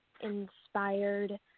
inspired